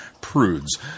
prudes